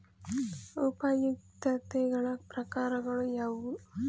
ಉಪಯುಕ್ತತೆಗಳ ಪ್ರಕಾರಗಳು ಯಾವುವು?